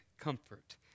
Comfort